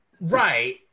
Right